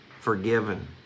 forgiven